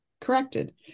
corrected